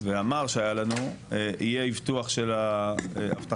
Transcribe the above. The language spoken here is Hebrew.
והמר שהיה לנו, יהיה אבטחה של המרחב.